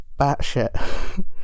batshit